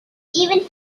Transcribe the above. even